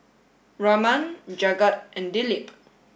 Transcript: Raman Jagat and Dilip